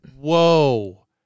Whoa